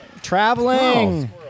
Traveling